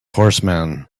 horseman